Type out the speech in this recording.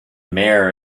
mayor